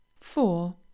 four